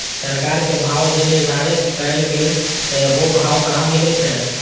सरकार के भाव जे निर्धारित कायल गेल छै ओ भाव कहाँ मिले छै?